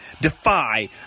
Defy